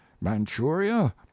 Manchuria